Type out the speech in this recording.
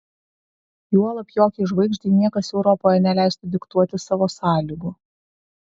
juolab jokiai žvaigždei niekas europoje neleistų diktuoti savo sąlygų